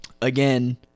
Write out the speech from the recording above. again